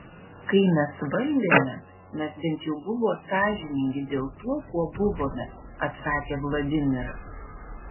kai mes valdėme mes bent jau buvo sąžiningi dėl tuo kuo buvome atsakė vladimiras